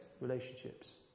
relationships